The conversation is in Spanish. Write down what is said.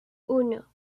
uno